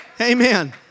Amen